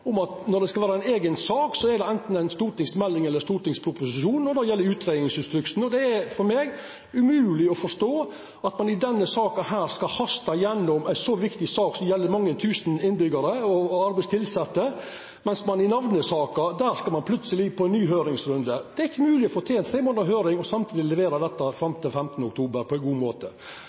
om ein skal flytta til fylka. Grunnen til at me er med på delar av merknadene, men ikkje forslaget, har si naturlege forklaring. Når det skal koma ei eiga sak, er det anten ei stortingsmelding eller ein stortingsproposisjon. Her gjeld det utgreiingsinstruksen. For meg er det umogleg å forstå at ein skal hasta gjennom ei så viktig sak, som gjeld mange tusen innbyggjarar og arbeidstilsette, mens ein i namnesaka plutseleg skal ha ein ny høyringsrunde. Det er ikkje mogleg å få til ei tre månader lang høyring og samtidig levera dette 15. oktober på ein